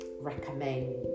recommend